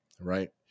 right